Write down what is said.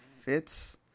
fits